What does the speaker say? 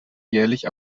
jährlich